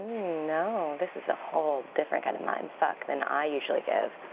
no, this is a whole different kind of mind fuck than i usually give.